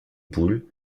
boule